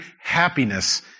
happiness